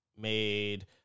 made